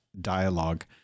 dialogue